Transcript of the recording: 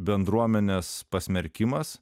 bendruomenės pasmerkimas